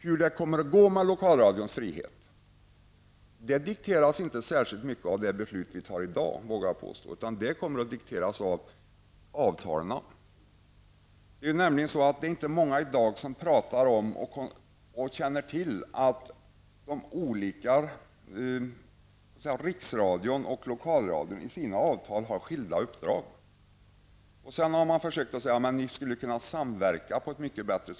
Hur det kommer att gå med Lokalradions frihet dikteras inte särskilt mycket av det beslut som vi i dag fattar -- det vågar jag påstå. Det kommer att dikteras av avtalen. Det är nämligen inte många som i dag talar om -- eller känner till -- att Riksradion och Lokalradion i sina avtal har skilda uppdrag. Man har sedan försökt säga att de skulle kunna samverka mycket bättre.